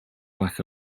like